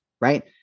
right